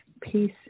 peace